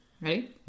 ready